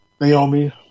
Naomi